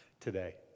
Today